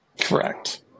correct